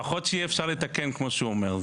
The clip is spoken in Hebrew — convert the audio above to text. לפחות שיהיה אפשר לתקן, כמו שהוא אומר.